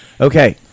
Okay